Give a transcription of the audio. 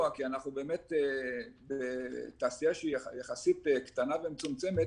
כי אנחנו בתעשייה שהיא יחסית קטנה ומצומצמת,